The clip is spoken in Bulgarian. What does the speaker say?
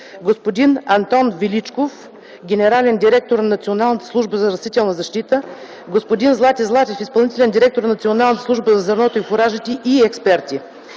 господин Антон Величков – генерален директор на Националната служба за растителна защита, господин Злати Златев – изпълнителен директор на Националната служба за зърното и фуражите, и експерти.